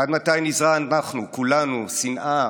עד מתי נזרע אנחנו, כולנו, שנאה